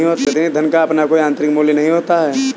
प्रतिनिधि धन का अपना कोई आतंरिक मूल्य नहीं होता है